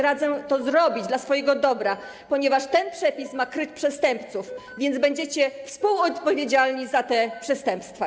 Radzę to zrobić dla swojego dobra, ponieważ ten przepis ma kryć przestępców, więc będziecie współodpowiedzialni za te przestępstwa.